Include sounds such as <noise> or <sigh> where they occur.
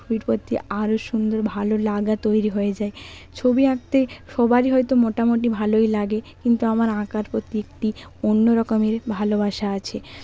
<unintelligible> পত্তি আরও সুন্দর ভালো লাগা তৈরি হয়ে যায় ছবি আঁকতে সবারই হয়তো মোটামুটি ভালোই লাগে কিন্তু আমার আঁকার প্রতি একটি অন্য রকমের ভালোবাসা আছে